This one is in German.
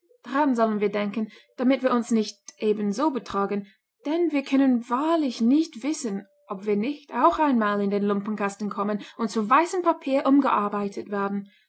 sollen wir denken damit wir uns nicht ebenso betragen denn wir können wahrlich nicht wissen ob wir nicht auch einmal in den lumpenkasten kommen und zu weißem papier umgearbeitet werden